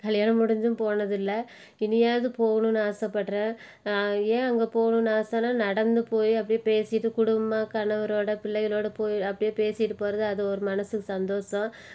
கல்யாணம் முடிஞ்சும் போனதில்லை இனியாவது போகணுன்னு ஆசைப்படுறேன் நான் ஏன் அங்கே போகணும்னு ஆசைன்னா நடந்து போய் அப்படியே பேசிட்டு குடும்பமாக கணவரோடு பிள்ளைகளோடு போய் அப்படியே பேசிகிட்டு போகிறது அது ஒரு மனது சந்தோஷம்